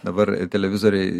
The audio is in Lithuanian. dabar televizoriai